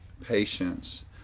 patience